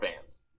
fans